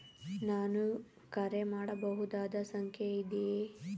ನಾನು ಕರೆ ಮಾಡಬಹುದಾದ ಸಂಖ್ಯೆ ಇದೆಯೇ?